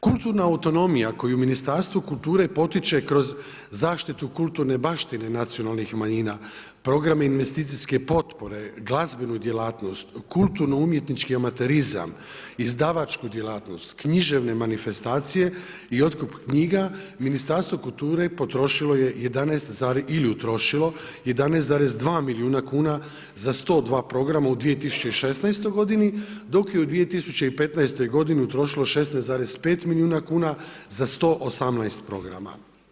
Kulturna autonomija koju Ministarstvo kulture potiče kroz zaštitu kulturne baštine nacionalnih manjina, programe investicijske potpore, glazbenu djelatnost, kulturno-umjetnički amaterizam, izdavačku djelatnost, književne manifestacije i otkup knjiga, Ministarstvo kulture je potrošilo je ili utrošilo 11,2 milijuna kuna za 102 programa u 2016. godini, dok je u 2015. godini utrošilo 16,5 milijuna kuna za 118 programa.